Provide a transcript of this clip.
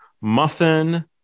muffin